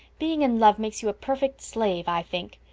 being in love makes you a perfect slave, i think.